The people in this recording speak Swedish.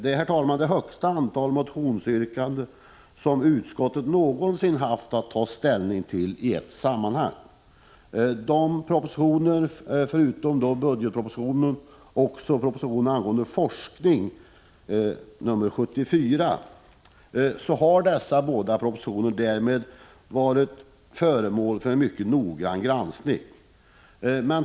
Det är det högsta antal motionsyrkanden som utskottet någonsin haft att ta ställning till i ett sammanhang. Förutom budgetpropositionen har utskottet behandlat också en proposition om forskning, proposition 74. De båda propositionerna har varit föremål för mycket noggrann granskning.